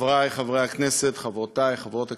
חברי חברי הכנסת, חברותי חברות הכנסת,